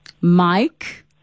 Mike